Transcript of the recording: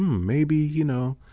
maybe, you know,